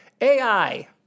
ai